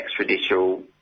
extraditional